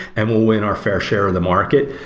and we'll win our fair share of the market.